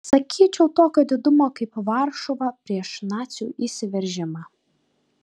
sakyčiau tokio didumo kaip varšuva prieš nacių įsiveržimą